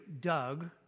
Doug